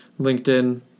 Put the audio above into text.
linkedin